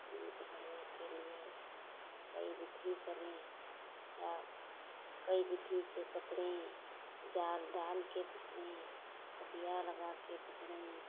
मछली पकड़ने के लिए कई विधि करें या कई विधि से पकड़ें जाल डाल के पकड़ें कटिया लगा के पकड़ें